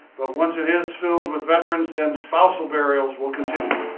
but once it is filled with veterans then spousal burials will continue,